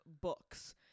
books